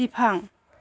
बिफां